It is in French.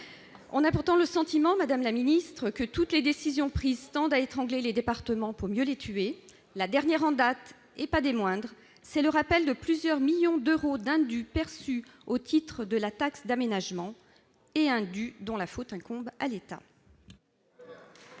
On a pourtant le sentiment, madame la ministre, que toutes les décisions prises tendent à étrangler les départements pour mieux les tuer. La dernière en date- et ce n'est pas la moindre !-, c'est le rappel de plusieurs millions d'euros d'indus perçus au titre de la taxe d'aménagement, alors que la faute incombe à l'État.